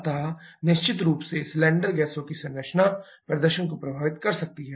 अतः निश्चित रूप से सिलेंडर गैसों की संरचना प्रदर्शन को प्रभावित कर सकती है